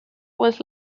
was